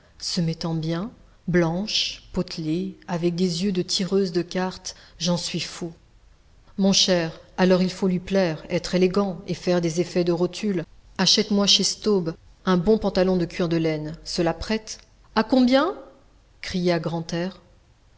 se mettant bien blanche potelée avec des yeux de tireuse de cartes j'en suis fou mon cher alors il faut lui plaire être élégant et faire des effets de rotule achète-moi chez staub un bon pantalon de cuir de laine cela prête à combien cria grantaire